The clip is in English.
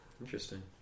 Interesting